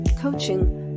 coaching